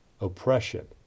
oppression